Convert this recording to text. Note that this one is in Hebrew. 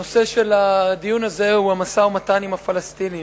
הנושא של הדיון הזה הוא המשא-ומתן עם הפלסטינים,